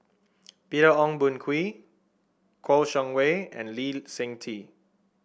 Peter Ong Boon Kwee Kouo Shang Wei and Lee Seng Tee